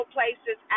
places